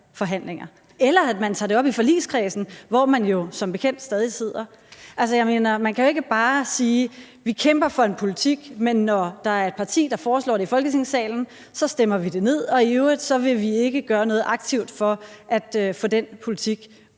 forhandlinger, eller at man tager det op i forligskredsen, hvor man jo som bekendt stadig sidder. Altså, jeg mener, at man jo ikke bare kan sige: Vi kæmper for en politik, men når der er et parti, der foreslår det i Folketingssalen, så stemmer vi det ned, og i øvrigt vil vi ikke gøre noget aktivt for at få den politik